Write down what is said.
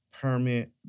permit